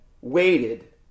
waited